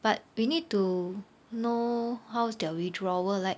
but we need to know how's their withdrawal like